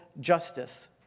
justice